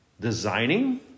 designing